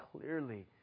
clearly